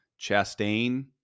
Chastain